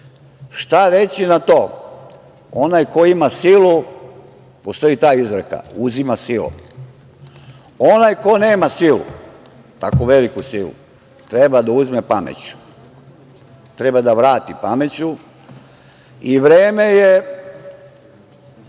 reći na to? Onaj koji ima silu, postoji ta izreka - uzima silom. Onaj ko nema silu, tako veliku silu, treba da uzme pameću, treba da vrati pameću i vreme je